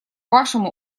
вашему